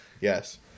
yes